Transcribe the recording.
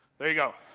there you go.